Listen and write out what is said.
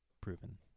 proven